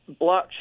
blockchain